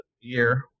year